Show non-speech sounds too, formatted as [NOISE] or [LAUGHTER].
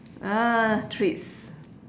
uh treats [BREATH]